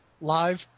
live